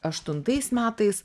aštuntais metais